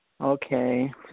Okay